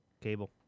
Cable